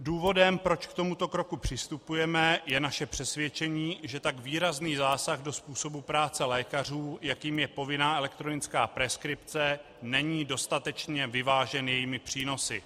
Důvodem, proč k tomuto kroku přistupujeme, je naše přesvědčení, že tak výrazný zásah do způsobu práce lékařů, jakým je povinná elektronická preskripce, není dostatečně vyvážen jejími přínosy.